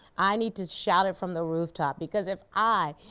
i need to shout it from the rooftop, because if i,